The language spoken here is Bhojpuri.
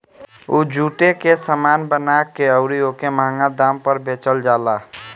उ जुटे के सामान बना के अउरी ओके मंहगा दाम पर बेचल जाला